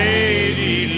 Lady